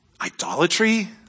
Idolatry